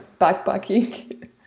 backpacking